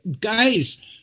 guys